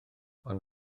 ond